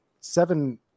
seven